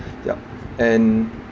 yup and